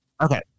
Okay